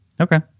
Okay